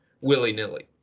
willy-nilly